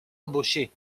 embaucher